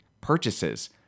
purchases